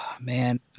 Man